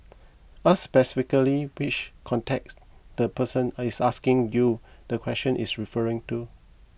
ask specifically which context the person is asking you the question is referring to